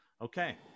Okay